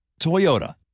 Toyota